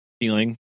feeling